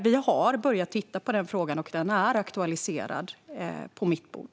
Vi har börjat titta på frågan, och den är aktualiserad på mitt bord.